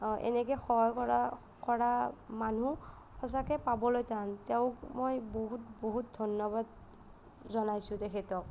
এনেকে সহায় কৰা কৰা মানুহ সচাঁকৈ পাবলৈ টান তেওঁক মই বহুত বহুত ধন্যবাদ জনাইছোঁ তেখেতক